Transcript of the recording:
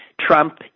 Trump